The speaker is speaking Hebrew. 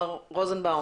מר רוזנבאום,